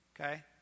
okay